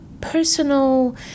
personal